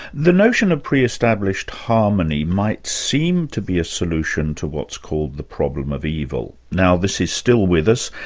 the notion of pre-established harmony might seem to be a solution to what's called the problem of evil. now this is still with us.